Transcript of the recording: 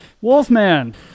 wolfman